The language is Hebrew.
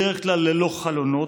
בדרך כלל ללא חלונות,